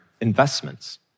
investments